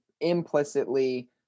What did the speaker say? implicitly